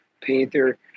Panther